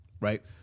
right